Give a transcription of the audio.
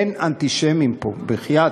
אין אנטישמים פה, בחייאת.